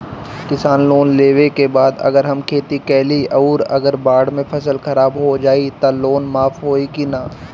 किसान लोन लेबे के बाद अगर हम खेती कैलि अउर अगर बाढ़ मे फसल खराब हो जाई त लोन माफ होई कि न?